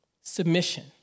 submission